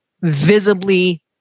visibly